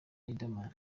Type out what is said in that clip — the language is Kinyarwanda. riderman